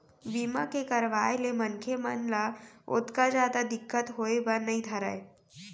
बीमा के करवाय ले मनखे मन ल ओतका जादा दिक्कत होय बर नइ धरय